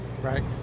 right